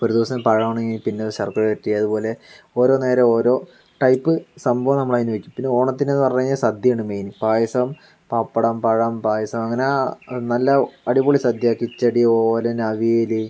ഒരു ദിവസം പഴം ആണെങ്കിൽ പിന്നെ ശർക്കര വരട്ടി അതുപോലെ ഓരോ നേരം ഓരോ ടൈപ്പ് സംഭവം നമ്മൾ അതിന് വെക്കും പിന്നെ ഓണത്തിന് എന്ന് പറഞ്ഞു കഴിഞ്ഞാൽ സദ്യയാണ് മെയിൻ പായസം പപ്പടം പഴം പായസം അങ്ങനെ നല്ല അടിപൊളി സദ്യ കിച്ചടി ഓലൻ അവിയൽ